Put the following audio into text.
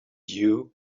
you